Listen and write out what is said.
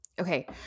Okay